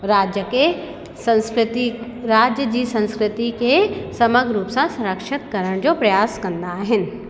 राज्य खे संस्कृति राज्य जी संस्कृति खे समग्र रुप सां सुरक्षित करण जो प्रयास कंदा आहिनि